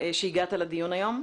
שהגעת לדיון היום.